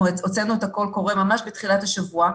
הוצאנו את ה"קול קורא" ממש בתחילת השבוע.